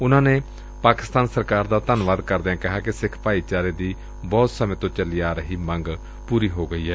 ਉਨਾਂ ਨੇ ਪਾਕਿਸਤਾਨ ਸਰਕਾਰ ਦਾ ਧੰਨਵਾਦ ਕਰਦਿਆਂ ਕਿਹਾ ਕਿ ਸਿੱਖ ਭਾਈਚਾਰੇ ਦੀ ਬਹੁਤ ਸਮੇਂ ਤੋਂ ਚੱਲੀ ਆ ਰਹੀ ਮੰਗ ਪੂਰੀ ਹੋਈ ਏ